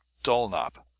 dulnop.